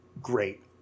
Great